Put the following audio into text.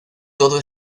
todo